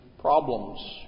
problems